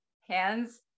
hands